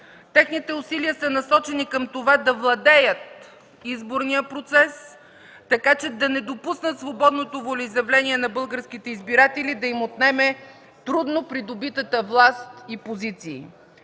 Техните усилия са насочени към това да владеят изборния процес, така че да не допуснат свободното волеизявление на българските избиратели да им отнеме трудно придобитата власт и позиции.